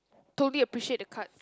totally appreciate the card